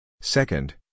Second